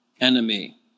enemy